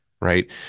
right